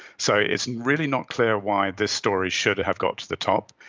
so it's really not clear why this story should have got to the top,